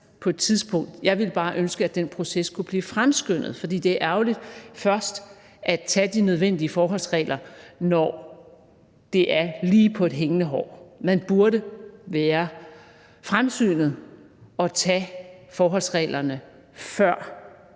Jeg ville bare ønske, at den proces kunne blive fremskyndet, for det er ærgerligt først at tage de nødvendige forholdsregler, når det er lige på et hængende hår. Man burde være fremsynet og tage forholdsreglerne, før